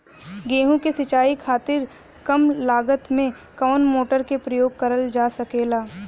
गेहूँ के सिचाई खातीर कम लागत मे कवन मोटर के प्रयोग करल जा सकेला?